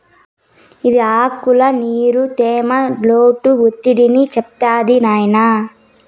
ఇది ఆకుల్ల నీరు, తేమ, లోటు ఒత్తిడిని చెప్తాది నాయినా